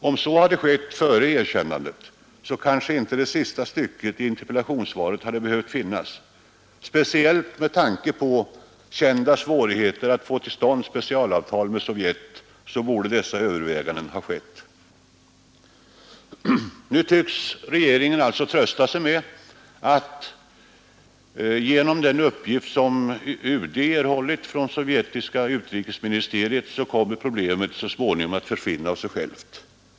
Om så hade skett före erkännandet, hade kanske inte det sista stycket i interpellationssvaret behövt finnas. Speciellt med tanke på kända svårigheter att få till stånd specialavtal med Sovjet, borde sådana överväganden ha gjorts. Nu tycks regeringen trösta sig med att enligt den uppgift som UD erhållit från sovjetiska utrikesministeriet kommer problemet så småningom att försvinna av sig självt!